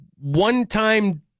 one-time